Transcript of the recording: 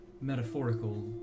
metaphorical